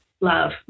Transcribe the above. love